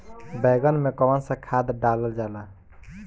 बैंगन में कवन सा खाद डालल जाला?